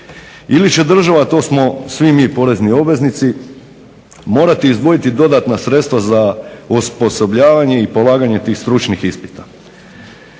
ili će država to smo svi mi porezni obveznici morati izdvojiti dodatna sredstva za osposobljavanje i polaganje tih stručnih ispita.